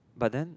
but then